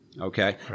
Okay